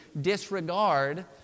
disregard